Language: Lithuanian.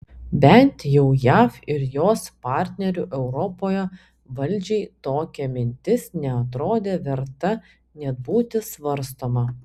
bent jau jav ir jos partnerių europoje valdžiai tokia mintis neatrodė verta net būti svarstoma